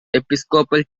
episcopal